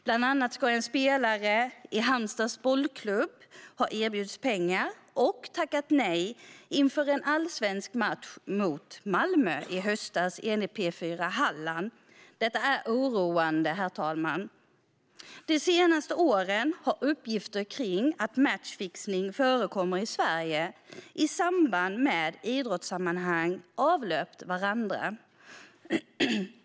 Bland annat ska en spelare i Halmstads Bollklubb ha erbjudits pengar och tackat nej inför en allsvensk match mot Malmö i höstas, enligt P4 Halland. Detta är oroande, herr talman. De senaste åren har uppgifter om att matchfixning förekommer i Sverige i samband med idrottsevenemang avlöst varandra.